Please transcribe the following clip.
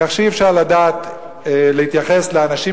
כך שאי-אפשר לדעת אם להתייחס לאנשים